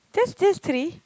just just three